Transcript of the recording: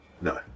no